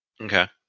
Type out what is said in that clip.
Okay